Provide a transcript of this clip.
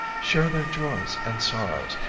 share their joys and sorrows,